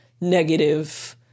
negative